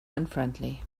unfriendly